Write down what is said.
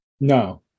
No